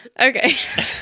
Okay